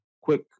quick